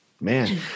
Man